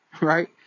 right